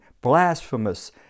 blasphemous